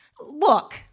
Look